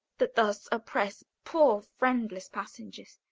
that thus oppress poor friendless passengers.